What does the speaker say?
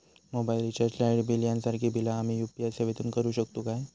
Mobile recharge, light bill यांसारखी बिला आम्ही यू.पी.आय सेवेतून करू शकतू काय?